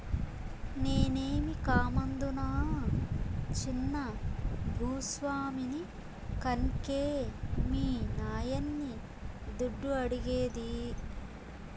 నేనేమీ కామందునా చిన్న భూ స్వామిని కన్కే మీ నాయన్ని దుడ్డు అడిగేది